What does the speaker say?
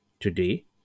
Today